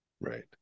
Right